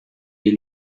des